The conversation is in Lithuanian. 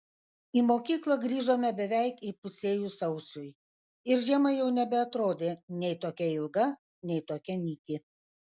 į mokyklą grįžome beveik įpusėjus sausiui ir žiema jau nebeatrodė nei tokia ilga nei tokia nyki